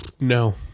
No